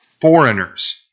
foreigners